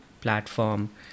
platform